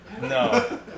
no